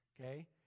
Okay